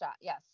yes